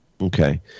Okay